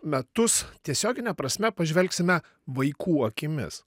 metus tiesiogine prasme pažvelgsime vaikų akimis